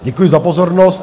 Děkuji za pozornost.